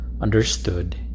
understood